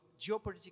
geopolitical